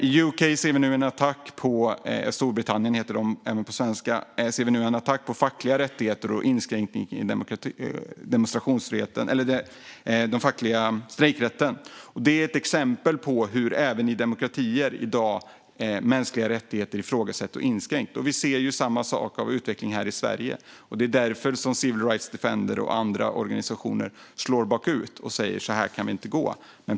I UK, Storbritannien på svenska, ser vi nu en attack på fackliga rättigheter och en inskränkning i den fackliga strejkrätten. Det är ett exempel på hur mänskliga rättigheter ifrågasätts och inskränks även i demokratier. Vi ser samma sak i utvecklingen här i Sverige. Det är därför som Civil Right Defenders och andra organisationer slår bakut och säger: Så här kan vi inte gå.